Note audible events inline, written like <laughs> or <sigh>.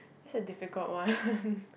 that's a difficult one <laughs>